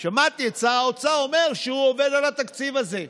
ושמעתי את שר האוצר אומר שהוא עובד על התקציב הזה.